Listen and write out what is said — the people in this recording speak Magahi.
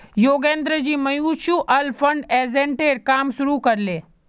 योगेंद्रजी म्यूचुअल फंड एजेंटेर काम शुरू कर ले